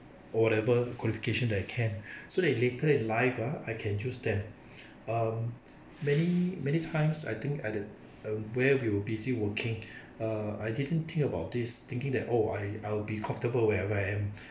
or whatever qualification that I can so that later in life ah I can use them um many many times I think at the um where we were busy working err I didn't think about this thinking that oh I I'll be comfortable where where I am